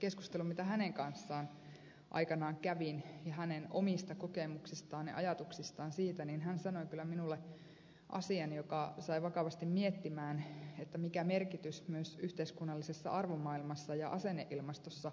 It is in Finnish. mutta kun hänen kanssaan aikanaan kävin keskustelua hänen omista kokemuksistaan ja ajatuksistaan niin hän sanoi kyllä minulle asian joka sai vakavasti miettimään mikä merkitys myös yhteiskunnallisessa arvomaailmassa ja asenneilmastossa